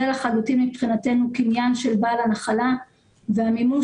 מבחינתנו זה לחלוטין קניין של בעל הנחלה והמימון